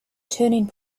turning